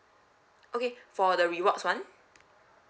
okay for the rewards [one]